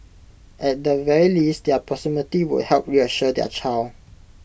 at the very least their proximity would help reassure their child